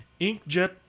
inkjet